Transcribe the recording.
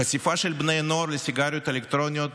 החשיפה של בני הנוער לסיגריות האלקטרוניות